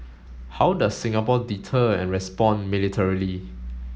how does Singapore deter and respond militarily